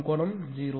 எனவே அதன் கோணம் 0